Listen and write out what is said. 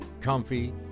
comfy